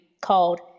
called